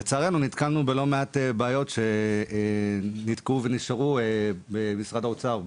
לצערנו נתקלנו בלא מעט בעיות שנתקעו ונשארו במשרד האוצר,